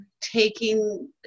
taking